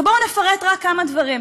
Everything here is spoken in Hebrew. ובואו נפרט רק כמה דברים.